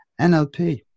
NLP